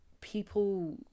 people